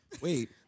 Wait